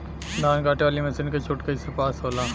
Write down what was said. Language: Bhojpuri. धान कांटेवाली मासिन के छूट कईसे पास होला?